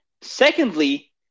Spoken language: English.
Secondly